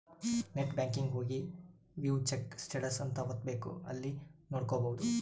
net banking ಹೋಗಿ view check status ಅಂತ ಒತ್ತಬೆಕ್ ಅಲ್ಲಿ ನೋಡ್ಕೊಬಹುದು